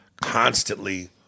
constantly